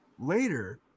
later